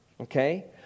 okay